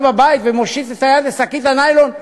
בבית והוא מושיט את היד לשקית הניילון,